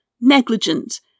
negligent